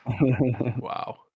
Wow